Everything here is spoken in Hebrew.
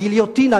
הגיליוטינה,